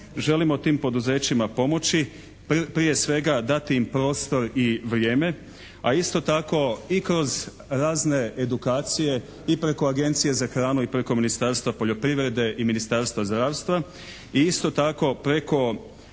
želimo tim poduzećima pomoći. Prije svega dati im prostor i vrijeme, a isto tako i kroz razne edukacije i preko Agencije za hranu i preko Ministarstva poljoprivrede i Ministarstva zdravstva i isto tako preko